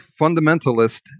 fundamentalist